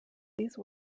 these